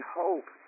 hope